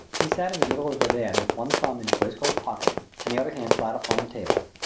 he sat in the middle of the divan with one thumb in his waistcoat pocket and the other hand flat upon the table.